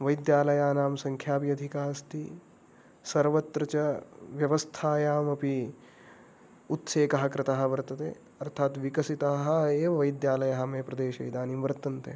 वैद्यालयानां सङ्ख्या अपि अधिका अस्ति सर्वत्र च व्यवस्थायामपि उत्सेकः कृतः वर्तते अर्थात् विकसिताः एव वैद्यालयः मे प्रदेशे इदानीं वर्तन्ते